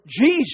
Jesus